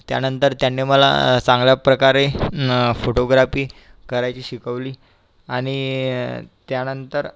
त्यानंतर त्यांनी मला चांगल्याप्रकारे फोटोग्राफी करायची शिकवली आणि त्यानंतर